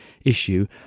issue